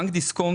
במקור,